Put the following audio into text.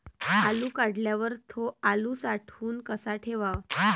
आलू काढल्यावर थो आलू साठवून कसा ठेवाव?